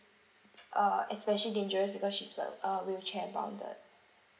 uh especially dangerous because she's well uh wheelchair bounded